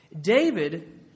David